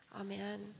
Amen